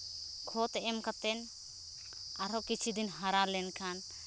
ᱠᱷᱚᱛ ᱮᱢ ᱠᱟᱛᱮᱫ ᱟᱨᱦᱚᱸ ᱠᱤᱪᱷᱩ ᱫᱤᱱ ᱦᱟᱨᱟ ᱞᱮᱱᱠᱷᱟᱱ